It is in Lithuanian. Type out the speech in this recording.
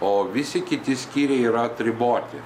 o visi kiti skyriai yra atriboti